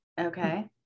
Okay